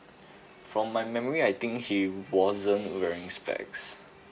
from my memory I think he wasn't wearing spects